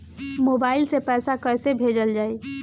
Mobile से पैसा कैसे भेजल जाइ?